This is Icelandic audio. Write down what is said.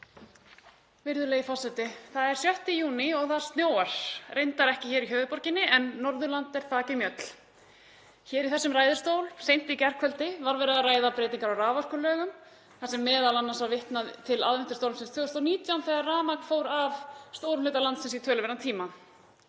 Virðulegi forseti. Það er 6. júní og það snjóar, reyndar ekki í höfuðborginni en Norðurland er þakið mjöll. Hér í þessum ræðustól seint í gærkvöldi var verið að ræða breytingar á raforkulögum þar sem m.a. var vitnað til aðventustormsins 2019 þegar rafmagn fór af stórum hluta landsins í töluverðan tíma.